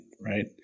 Right